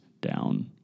down